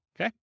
okay